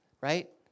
right